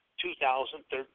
2013